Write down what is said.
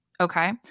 Okay